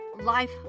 life